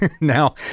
Now